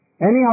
Anyhow